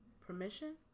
permission